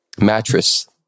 mattress